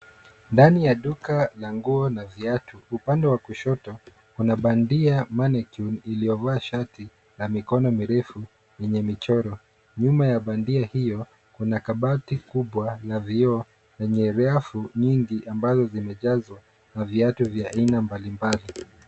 Ndani ya duka la nguo na viatu. Upande wa kushoto kuna bandia mannequin , iliyovaa shati la mikono mirefu yenye michoro. Nyuma ya bandia hiyo, kuna kabati kubwa la vioo lenye rafu nyingi ambazo zimejazwa na viatu vya aina mbali mbali.